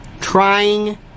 trying